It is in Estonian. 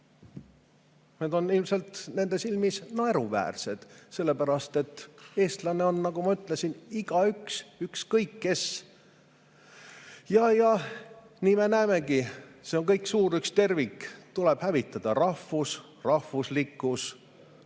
need on ilmselt nende silmis naeruväärsed, sellepärast et eestlane [võib olla], nagu ma ütlesin, igaüks, ükskõik kes. Nii me näemegi, see on kõik üks suur tervik: tuleb hävitada rahvus, rahvuslikkus. Selleks